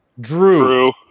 Drew